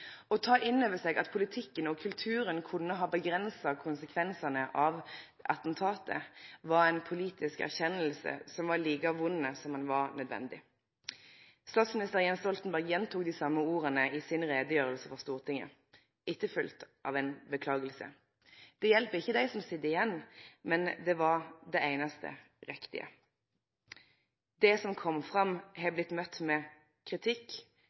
Å ta inn over seg at politikken og kulturen kunne ha avgrensa konsekvensane av attentatet var ei politisk erkjenning som var like vond som ho var nødvendig. Statsminister Jens Stoltenberg gjentok dei same orda i si utgreiing for Stortinget, etterfølgt av ei orsaking. Det hjelper ikkje dei som sit igjen, men det var det einaste riktige. Det som kom fram, har blitt møtt med kritikk,